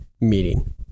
meeting